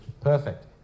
Perfect